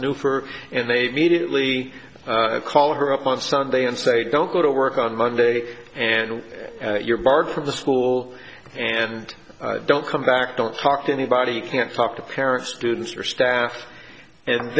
new for and they immediately call her up on sunday and say don't go to work on monday and you're barred from the school and don't come back don't talk to anybody can't talk to parents students or staff and